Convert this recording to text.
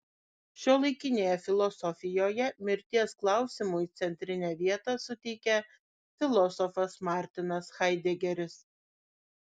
šiuolaikinėje filosofijoje mirties klausimui centrinę vietą suteikė filosofas martinas haidegeris